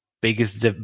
Biggest